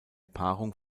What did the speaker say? paarung